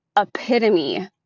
epitome